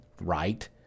right